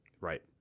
right